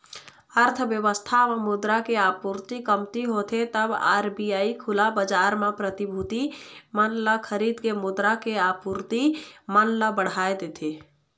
अर्थबेवस्था म मुद्रा के आपूरति कमती होथे तब आर.बी.आई खुला बजार म प्रतिभूति मन ल खरीद के मुद्रा के आपूरति मन ल बढ़ाय देथे